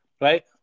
right